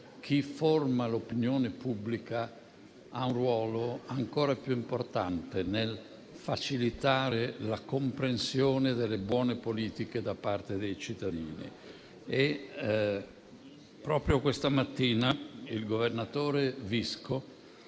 chi forma l'opinione pubblica abbia un ruolo ancora più importante nel facilitare la comprensione delle buone politiche da parte dei cittadini. Proprio questa mattina il governatore Visco,